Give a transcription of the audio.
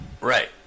Right